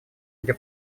для